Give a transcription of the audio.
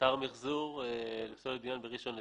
אתר מחזור בראשון לציון.